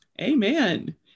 Amen